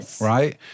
right